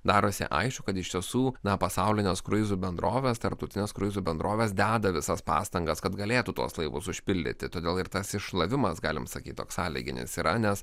darosi aišku kad iš tiesų na pasaulinės kruizų bendrovės tarptautinės kruizų bendrovės deda visas pastangas kad galėtų tuos laivus užpildyti todėl ir tas iššlavimas galim sakyti toks sąlyginis yra nes